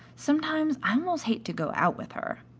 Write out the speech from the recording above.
sometimes i almost hate to go out with her.